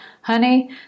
honey